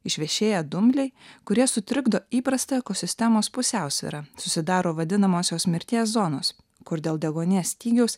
išvešėja dumbliai kurie sutrikdo įprastą ekosistemos pusiausvyrą susidaro vadinamosios mirties zonos kur dėl deguonies stygiaus